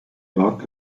york